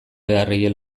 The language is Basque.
beharrei